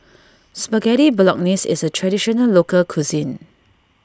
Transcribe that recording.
Spaghetti Bolognese is a Traditional Local Cuisine